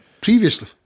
previously